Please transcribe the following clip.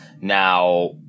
Now